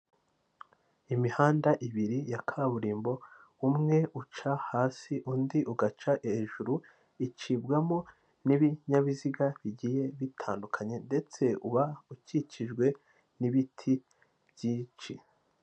Imihanda ibiri ya kaburimbo umwe uca hasi undi ugaca hejuru icibwamo n'ibinyabiziga bigiye bitandukanye ndetse uba ukikijwe n'ibiti byinshi.